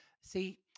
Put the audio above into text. see